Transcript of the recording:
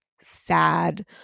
sad